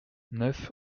neuf